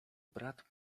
brat